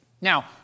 Now